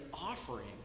offering